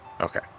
okay